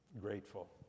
grateful